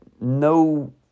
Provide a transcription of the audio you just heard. no